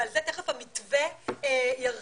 ועל זה תיכף המתווה ירחיב.